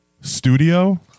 studio